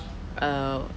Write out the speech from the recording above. err